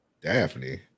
Daphne